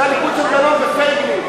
זה המיקוד של דנון ופייגלין.